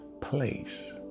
place